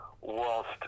whilst